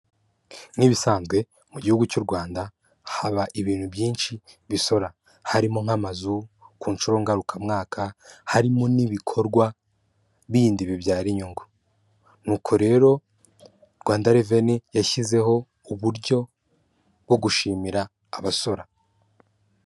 Nk'ibisanzwe mu gihugu cy'u Rwanda haba ibintu byinshi bisora, harimo nk'amazu ku nshuro ngarukamwaka, harimo n'ibikorwa bindi bibyara inyungu. Nuko rero Rwanda Revenue yashyizeho uburyo bwo gushimira abasora.